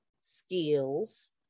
skills